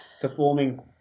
Performing